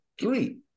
three